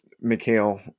Mikhail